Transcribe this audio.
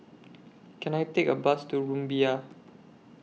Can I Take A Bus to Rumbia